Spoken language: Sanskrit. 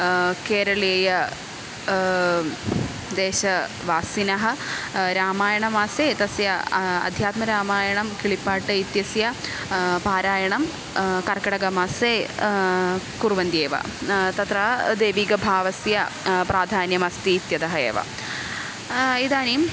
केरलीय देशवासिनः रामायणमासे तस्य अध्यात्मरामायणं किळिपाट्टु इत्यस्य पारायणं कर्कटकमासे कुर्वन्त्येव तत्र देविकभावस्य प्राधान्यम् अस्ति इत्यतः एव इदानीं